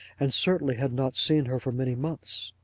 and certainly had not seen her for many months.